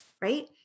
right